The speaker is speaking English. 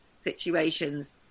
situations